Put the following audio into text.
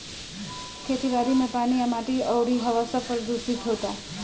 खेती बारी मे पानी आ माटी अउरी हवा सब प्रदूशीत होता